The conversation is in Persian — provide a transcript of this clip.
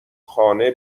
خانه